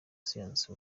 siyansi